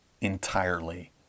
entirely